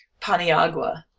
Paniagua